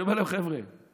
אני אומר להם: חבר'ה,